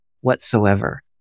whatsoever